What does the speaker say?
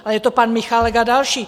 Ale je to pan Michálek a další.